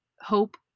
Hope